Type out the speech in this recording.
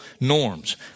norms